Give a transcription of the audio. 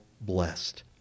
blessed